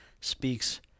speaks